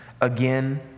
again